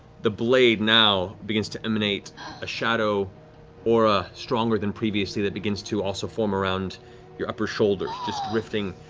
the blade now begins to emanate a shadow aura stronger than previously that begins to also form around your upper shoulders, drifting.